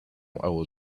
will